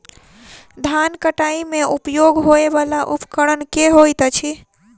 धान कटाई मे उपयोग होयवला उपकरण केँ होइत अछि?